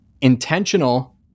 intentional